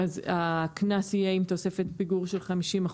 אז הקנס יהיה עם תוספת פיגור של 50%,